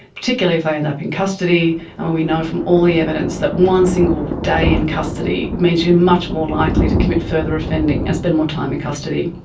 particularly if they end up in custody. and we know from all the evidence that one single day in custody means you're much more likely to commit further offending and spend more time in custody.